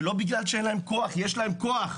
ולא בגלל שאין להם כוח, יש להם כוח.